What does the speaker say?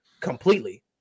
completely